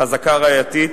חזקה ראייתית